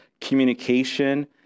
communication